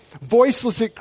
Voiceless